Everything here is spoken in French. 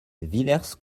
villers